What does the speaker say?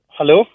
Hello